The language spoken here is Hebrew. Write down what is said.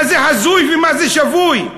מה זה הזוי ומה זה שפוי?